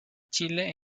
chile